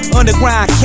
Underground